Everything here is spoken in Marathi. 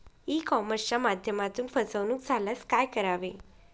ई कॉमर्सच्या माध्यमातून फसवणूक झाल्यास काय करावे?